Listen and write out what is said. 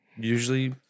Usually